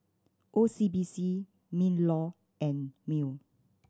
O C B C MinLaw and MEWR